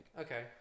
Okay